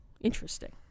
interesting